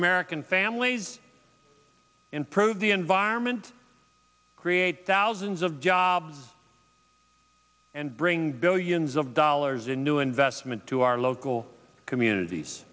american families improve the environment create thousands of jobs and bring billions of dollars in new investment to our local communities